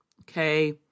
Okay